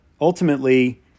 ultimately